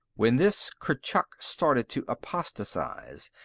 when this kurchuk started to apostatize,